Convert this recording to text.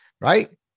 right